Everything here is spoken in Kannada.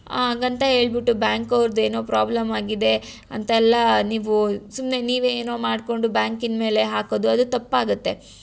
ಹಂಗಂತ ಹೇಳ್ಬಿಟ್ಟು ಬ್ಯಾಂಕವ್ರದ್ದು ಏನೋ ಪ್ರಾಬ್ಲಮ್ ಆಗಿದೆ ಅಂತೆಲ್ಲಾ ನೀವು ಸುಮ್ಮನೆ ನೀವೇ ಏನೋ ಮಾಡಿಕೊಂಡು ಬ್ಯಾಂಕಿನ ಮೇಲೆ ಹಾಕೋದು ಅದು ತಪ್ಪಾಗುತ್ತೆ